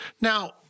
Now